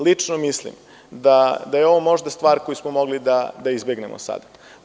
Lično mislim da je ovo možda stvar koju smo mogli da izbegnemo sada.